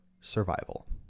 survival